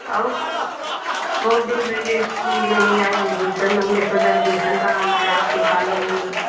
और बहुत दिन बीत गए इसलिए नहीं आए हमने सोचा कराना है आपके कॉलेज में